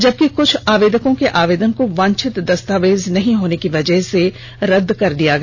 जबकि कुछ आवेदकों के आवेदन को वांछित दस्तावेज नहीं होने की वजह से रद्द कर दिया गया